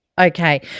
Okay